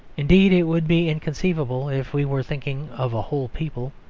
indeed it would be inconceivable if we were thinking of a whole people,